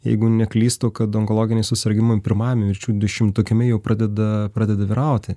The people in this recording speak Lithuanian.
jeigu neklystu kad onkologiniai susirgimai pirmajame mirčių dešimtuke jau pradeda pradeda vyrauti